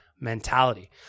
mentality